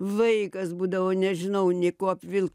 vaikas būdavo nežinau nė kuo apvilkt